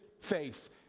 faith